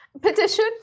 Petition